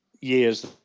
years